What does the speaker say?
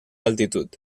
altitud